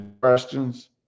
questions